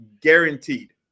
Guaranteed